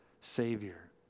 Savior